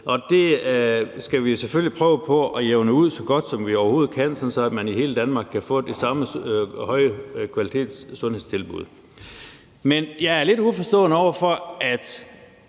det skal vi selvfølgelig prøve på at jævne ud, så godt som vi overhovedet kan, sådan at man i hele Danmark kan få de samme høje kvalitetssundhedstilbud. Men jeg er lidt uforstående over for,